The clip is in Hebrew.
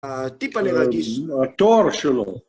טיפהל’ע רגיש. התואר שלו.